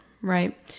right